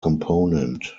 component